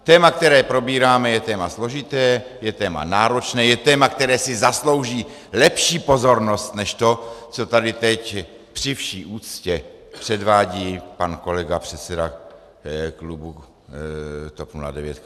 Téma, které probíráme, je téma složité, je téma náročné, je téma, které si zaslouží lepší pozornost než to, co tady teď při vší úctě předvádí pan kolega předseda klubu TOP 09 Kalousek.